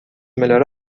melhor